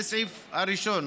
זה הסעיף הראשון,